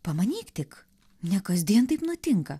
pamanyk tik ne kasdien taip nutinka